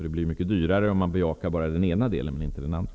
Det blir mycket dyrare om man bejakar bara den ena delen och inte den andra.